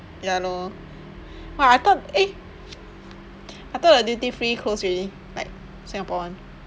ya lor !wah! I thought eh I thought the duty free close already like singapore one